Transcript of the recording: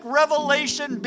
revelation